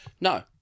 No